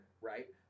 Right